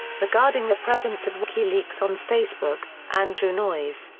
regarding the presence of wikileaks on facebook, andrew noyes,